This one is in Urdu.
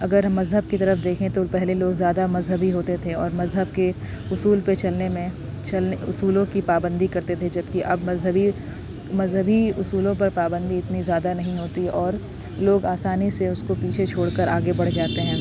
اگر مذہب کی طرف دیکھیں تو پہلے لوگ زیادہ مذہبی ہوتے تھے اور مذہب کے اصول پہ چلنے میں چل اصولوں کی پابندی کرتے تھے جبکہ اب مذہبی مذہبی اصولوں پر پابندی اتنی زیادہ نہیں ہوتی اور لوگ آسانی سے اس کو پیچھے چھوڑ کر آگے بڑھ جاتے ہیں